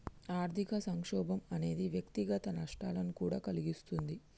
ఆర్థిక సంక్షోభం అనేది వ్యక్తిగత నష్టాలను కూడా కలిగిస్తుంది